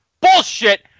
bullshit